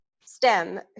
STEM